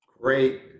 Great